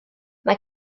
mae